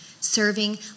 Serving